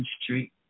Street